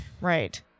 right